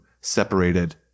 separated